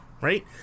right